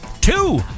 two